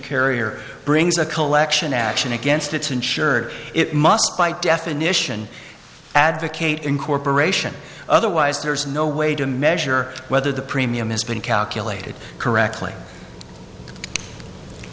carrier brings a collection action against its insurer it must by definition advocate incorporation otherwise there is no way to measure whether the premium has been calculated correctly a